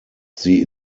sie